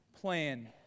plan